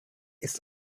ist